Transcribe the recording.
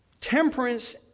Temperance